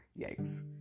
Yikes